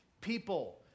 people